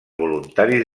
voluntaris